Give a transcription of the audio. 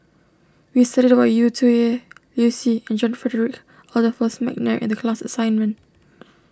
we studied about Yu Zhuye Liu Si and John Frederick Adolphus McNair in the class assignment